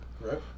Right